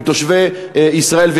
עם תושבי ישראל,